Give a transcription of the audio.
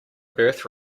birth